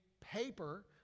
paper